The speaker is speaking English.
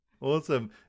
Awesome